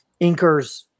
inkers